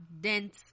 dense